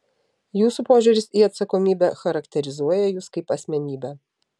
jūsų požiūris į atsakomybę charakterizuoja jus kaip asmenybę